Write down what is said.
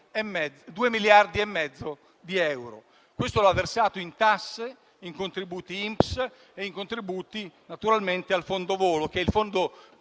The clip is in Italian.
e mezzo di euro in tasse, in contributi INPS e in contributi al Fondo volo, che è il fondo